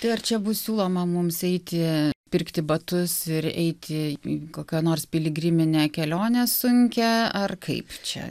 tai ar čia bus siūloma mums eiti pirkti batus ir eiti į kokią nors piligriminę kelionę sunkią ar kaip čia